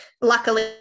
luckily